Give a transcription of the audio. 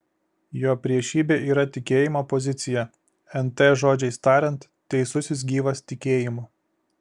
jo priešybė yra tikėjimo pozicija nt žodžiais tariant teisusis gyvas tikėjimu